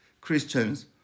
Christians